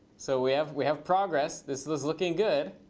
so we have we have progress. this is looking good.